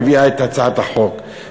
מביאה את הצעת החוק,